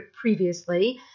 previously